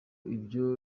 ibyo